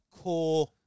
core